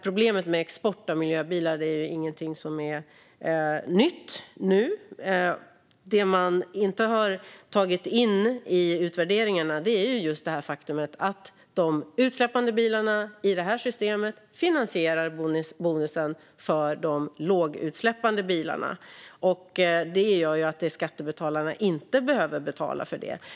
Problemet med export av miljöbilar är heller ingenting nytt. Det man inte har tagit in i utvärderingarna är just det faktum att de utsläppande bilarna i det här systemet finansierar bonusen för de lågutsläppande bilarna. Det gör att skattebetalarna inte behöver betala för det.